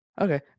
Okay